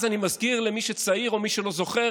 אני מזכיר למי שצעיר או מי שלא זוכר